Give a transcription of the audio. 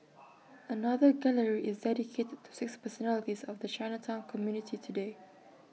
another gallery is dedicated to six personalities of the Chinatown community today